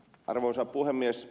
arvoisa puhemies